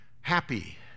happy